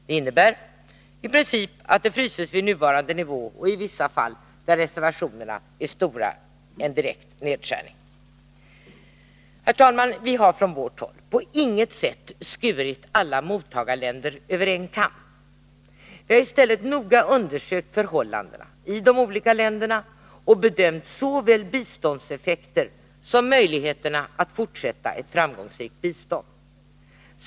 Det innebär i princip att det fryses vid nuvarande nivå och i vissa fall, där reservationerna är stora, en direkt nedskärning. Fru talman! Vi har från vårt håll på intet sätt skurit alla mottagarländer över en kam. Vi hari stället noga undersökt förhållandena i de olika länderna och bedömt såväl biståndseffekterna som möjligheterna att fortsätta ett framgångsrikt bistånd.